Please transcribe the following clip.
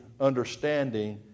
understanding